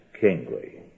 kingly